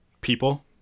people